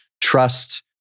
trust